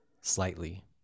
slightly